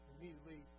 Immediately